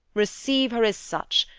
receive her as such,